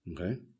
Okay